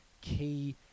key